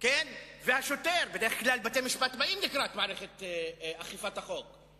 והשוטר ובדרך כלל בתי-המשפט באים לקראת מערכת אכיפת החוק,